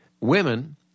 women